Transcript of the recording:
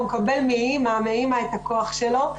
הוא מקבל מאימא את הכוח שלו.